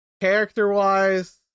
Character-wise